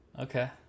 Okay